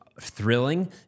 Thrilling